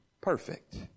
perfect